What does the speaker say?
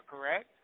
correct